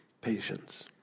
Patience